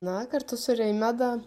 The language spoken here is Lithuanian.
na kartu su raimeda